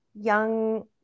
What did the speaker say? young